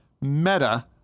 meta